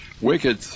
wicked